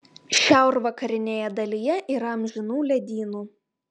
šiaurvakarinėje dalyje yra amžinų ledynų